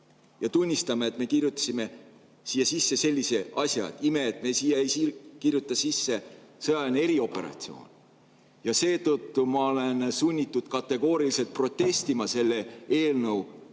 ja tunnistame, et me kirjutasime siia sisse sellise asja? Ime, et me ei kirjuta siia sisse "sõjaline erioperatsioon". Seetõttu ma olen sunnitud kategooriliselt protestima selle eelnõu